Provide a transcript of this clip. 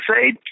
say